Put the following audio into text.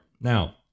Now